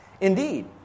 Indeed